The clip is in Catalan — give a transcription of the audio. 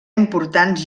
importants